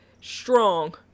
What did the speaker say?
strong